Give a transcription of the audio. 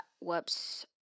whoops